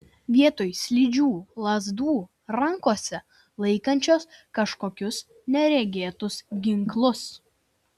vietoj slidžių lazdų rankose laikančios kažkokius neregėtus ginklus